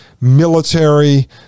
military